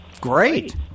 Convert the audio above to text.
Great